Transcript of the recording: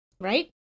Right